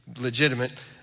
legitimate